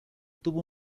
tuvo